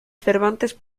cervantes